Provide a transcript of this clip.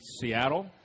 Seattle